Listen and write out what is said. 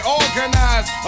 organized